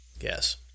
Yes